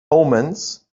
omens